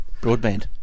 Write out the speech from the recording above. Broadband